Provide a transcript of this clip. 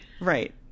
right